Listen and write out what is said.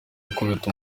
gukubita